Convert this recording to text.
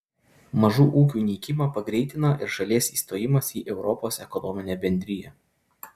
mažų ūkių nykimą pagreitino ir šalies įstojimas į europos ekonominę bendriją